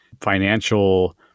financial